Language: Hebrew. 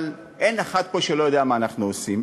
אבל אין אחד פה שלא יודע מה אנחנו עושים.